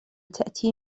تأتي